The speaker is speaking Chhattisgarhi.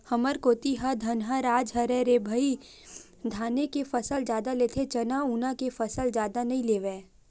हमर कोती ह धनहा राज हरय रे भई धाने के फसल जादा लेथे चना उना के फसल जादा नइ लेवय